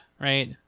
right